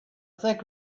think